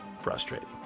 Frustrating